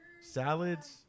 salads